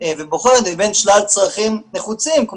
ובוחנת מבין שלל צרכים נחוצים,